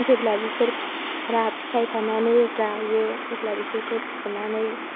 जेब्ला बेफोर फिथाइ थानानै रायो अब्ला बिसोरखौ फुनानै